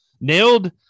Nailed